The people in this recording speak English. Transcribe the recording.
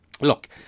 look